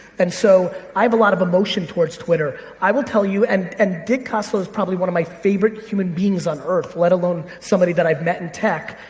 and so, i have a lot of emotion towards twitter. i would tell you, and and dick costolo is probably one of my favorite human beings on earth, let alone somebody that i've met in tech,